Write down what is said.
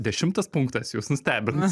dešimtas punktas jus nustebins